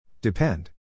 Depend